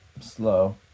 slow